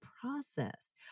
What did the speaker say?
process